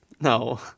No